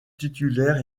titulaire